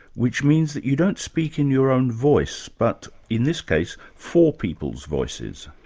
which means that you don't speak in your own voice but, in this case, four people's voices?